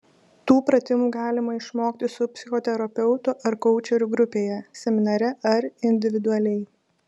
tų pratimų galima išmokti su psichoterapeutu ar koučeriu grupėje seminare ar individualiai